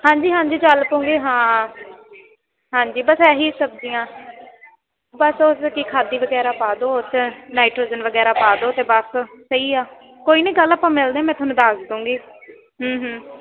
ਹਾਂਜੀ ਹਾਂਜੀ ਚਲ ਪਉਂਗੀ ਹਾਂ ਹਾਂਜੀ ਬਸ ਇਹ ਹੀ ਸਬਜ਼ੀਆਂ ਬਸ ਉਸਕੀ ਖਾਦੀ ਵਗੈਰਾ ਪਾ ਦਿਓ ਉਸ ਨਾਈਟਰੋਜਨ ਵਗੈਰਾ ਪਾ ਦਿਓ ਅਤੇ ਬਸ ਸਹੀ ਆ ਕੋਈ ਨਹੀਂ ਕੱਲ੍ਹ ਆਪਾਂ ਮਿਲਦੇ ਹਾਂ ਮੈਂ ਤੁਹਾਨੂੰ ਦੱਸ ਦਊਂਗੀ ਹੂੰ ਹੁੰ